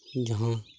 ᱡᱟᱦᱟᱸ